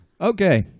Okay